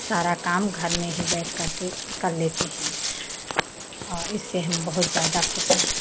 सारा काम घर में ही बैठ कर के कर लेते हैं और इससे हम बहुत ज़्यादा खुश हैं